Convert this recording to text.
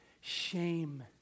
shame